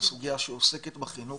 הסוגיה שעוסקת בחינוך,